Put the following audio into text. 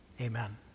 Amen